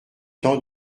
temps